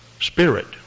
spirit